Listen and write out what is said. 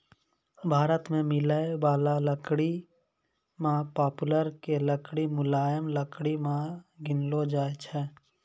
भारत मॅ मिलै वाला लकड़ी मॅ पॉपुलर के लकड़ी मुलायम लकड़ी मॅ गिनलो जाय छै